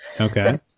Okay